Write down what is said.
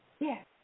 Yes